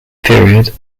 period